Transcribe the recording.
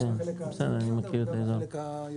גם לחלק הצפוני יותר וגם לחלק ה- הבנתי,